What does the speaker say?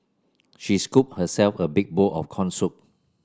she scooped herself a big bowl of corn soup